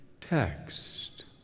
text